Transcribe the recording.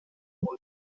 und